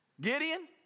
Gideon